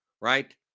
right